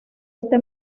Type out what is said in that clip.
este